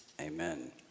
Amen